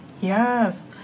Yes